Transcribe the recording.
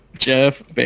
Jeff